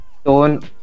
stone